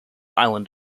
island